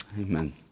Amen